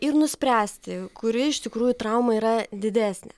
ir nuspręsti kuri iš tikrųjų trauma yra didesnė